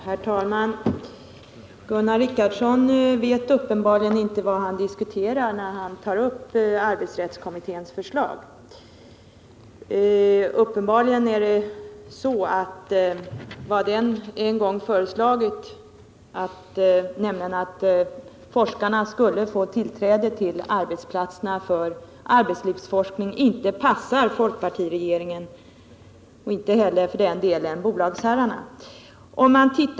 Herr talman! Gunnar Richardson vet uppenbarligen inte vad han diskuterar, när han tar upp arbetsrättskommitténs förslag. Vad kommittén en gång föreslagit, nämligen att forskarna skulle få tillträde till arbetsplatserna för arbetslivsforskning, passar tydligen inte folkpartiregeringen och inte heller för den delen bolagsherrarna.